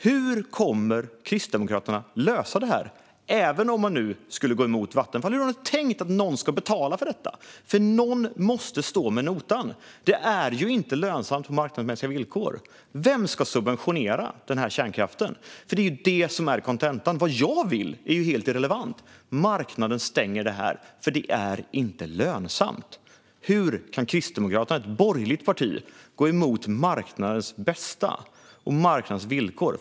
Hur kommer Kristdemokraterna att lösa det här, även om man skulle gå emot Vattenfall? Hur har ni tänkt att någon ska betala för detta? Någon måste stå för notan. Det är inte lönsamt på marknadsmässiga villkor. Vem ska subventionera den här kärnkraften? Det är det som är kontentan. Vad jag vill är helt irrelevant. Marknaden stänger det här eftersom det inte är lönsamt. Hur kan Kristdemokraterna, ett borgerligt parti, gå emot marknadens bästa och marknadens villkor?